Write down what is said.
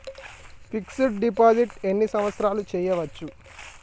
Fix డ్ deposit ఎన్ని సంవత్సరాలు చేయచ్చు?